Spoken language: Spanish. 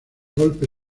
golpe